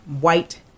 white